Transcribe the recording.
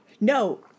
no